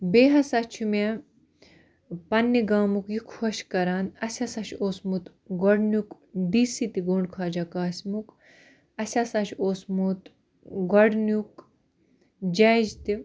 بیٚیہِ ہسا چھُ مےٚ پَننہِ گامُک یہِ خۄش کران اسہِ ہسا چھُ اوسمُت گۄڈٕنیٛک ڈی سی تہِ گُنٛڈ خواجہ قاسمُک اسہِ ہسا چھُ اوسمُت گۄڈٕنیٛک جج تہِ